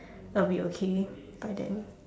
I will be okay by then